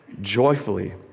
joyfully